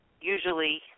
usually